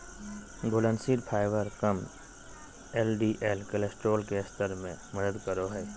घुलनशील फाइबर कम LDL cholesterol के स्तर में मदद करो हइ